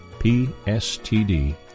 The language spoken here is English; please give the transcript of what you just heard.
PSTD